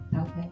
Okay